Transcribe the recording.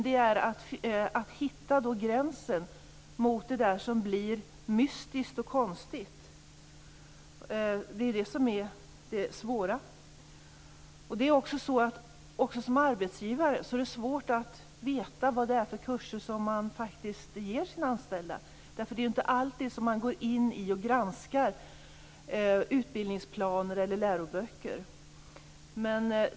Det är att hitta gränsen mot det som blir mystiskt och konstigt som är det svåra. Som arbetsgivare är det också svårt att veta vad det är för kurser man faktiskt ger sina anställda. Det är inte alltid man går in och granskar utbildningsplaner eller läroböcker.